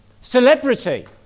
Celebrity